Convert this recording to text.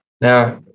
Now